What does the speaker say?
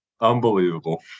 Unbelievable